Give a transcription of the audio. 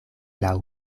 laŭ